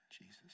Jesus